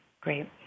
great